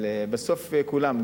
בסוף כולם,